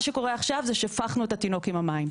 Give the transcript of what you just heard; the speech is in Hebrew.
מה שקורה עכשיו זה שהפכנו את התינוק עם המים.